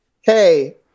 Hey